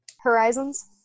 Horizons